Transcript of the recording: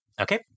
Okay